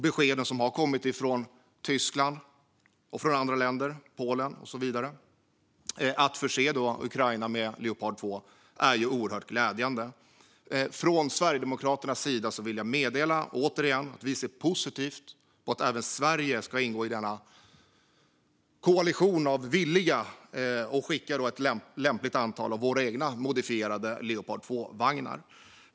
Beskeden som har kommit från Tyskland, Polen och andra länder att förse Ukraina med Leopard 2 är oerhört glädjande. Från Sverigedemokraternas sida vill jag återigen meddela att vi ser positivt på att även Sverige ska ingå i denna koalition av villiga och skicka ett lämpligt antal av våra egna modifierade Leopard 2-vagnar.